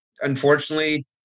unfortunately